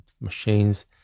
machines